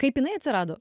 kaip jinai atsirado